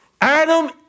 Adam